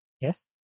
Yes